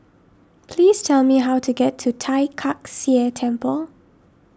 please tell me how to get to Tai Kak Seah Temple